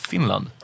Finland